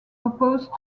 opposed